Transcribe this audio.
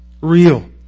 real